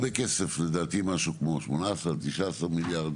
כסף, לדעתי משהו כמו 18 19 מיליארד.